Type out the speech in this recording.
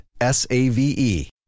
S-A-V-E